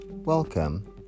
Welcome